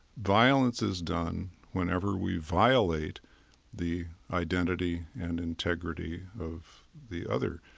violence is done whenever we violate the identity and integrity of the other.